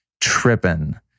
tripping